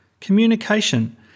Communication